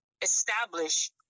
establish